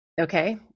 Okay